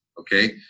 Okay